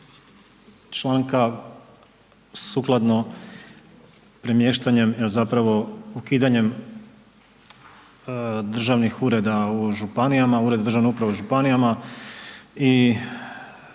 članka sukladno premještanje zapravo ukidanjem državnih ureda u županijama, ureda državnih uprava u županijama i